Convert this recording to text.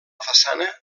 façana